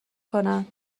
کنن